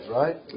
right